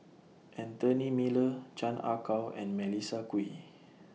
Anthony Miller Chan Ah Kow and Melissa Kwee